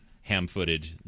ham-footed